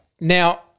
Now